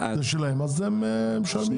אז הם משלמים.